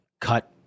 cut